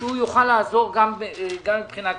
שהוא יוכל לעזור גם מבחינה כספית.